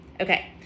Okay